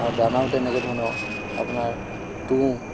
আৰু দানাও তেনেকুৱা ধৰণৰ আপোনাৰ তুঁহ